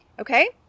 okay